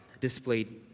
displayed